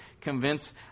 convince